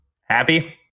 Happy